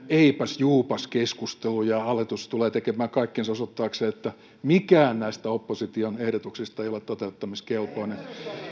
eipäs juupas keskustelu ja hallitus tulee tekemään kaikkensa osoittaakseen että mikään näistä opposition ehdotuksista ei ole toteuttamiskelpoinen